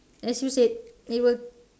as you said it will